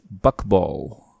Buckball